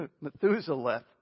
Methuselah